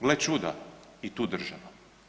Gle čuda i tu država.